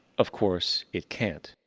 of course, it can't.